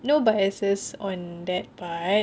no biases on that part